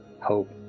hope